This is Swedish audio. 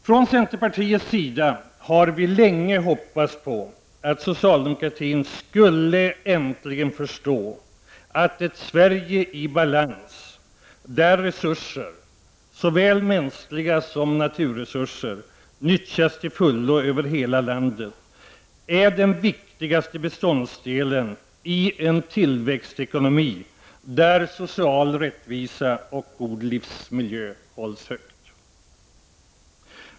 Från centerpartiets sida har vi länge hoppats på att socialdemokratin äntligen skulle förstå att ett Sverige i balans där resurser, såväl mänskliga som naturresurser, nyttjas till fullo över hela landet är den viktigaste beståndsde len i en tillväxtekonomi där social rättvisa och god livsmiljö är begrepp som hålls högt.